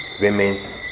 women